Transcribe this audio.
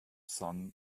sun